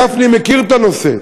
גפני מכיר את הנושא.